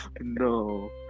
no